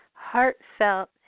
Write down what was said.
heartfelt